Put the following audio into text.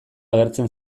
agertzen